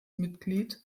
mitglied